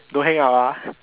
don't hang up ah